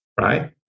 right